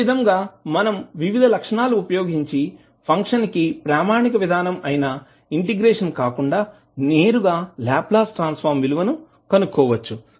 ఈ విధంగా మనం వివిధ లక్షణాలు వుపయోగించి ఫంక్షన్ కి ప్రామాణిక విధానం అయినా ఇంటిగ్రేషన్ కాకుండా నేరుగా లాప్లాస్ ట్రాన్సఫర్మ్ విలువ కనుక్కోవచ్చు